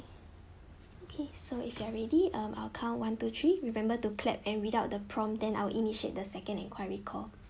okay so if you are ready um I'll count one two three remember to clap and without the prompt then I'll initiate the second inquiry call